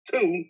Two